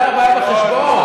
זה הבעיה בחשבון.